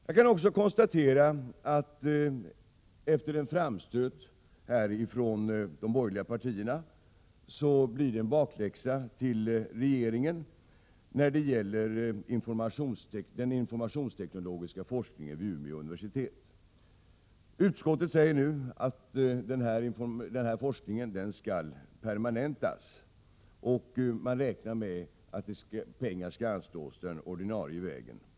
Jag kan också konstatera att det efter en framstöt från de borgerliga partierna blir en bakläxa till regeringen när det gäller den informationstekno tiska insatser i delar av Bergslagen och norra Sveriges inland logiska forskningen vid Umeå universitet. Utskottet säger nu att denna forskning skall permanentas, och man räknar med att pengar fortsättningsvis skall anslås den ordinarie vägen.